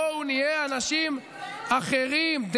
בואו נהיה אנשים אחרים.